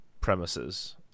premises